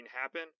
happen